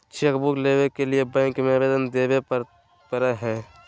chequebook लेबे के लिए बैंक में अबेदन देबे परेय हइ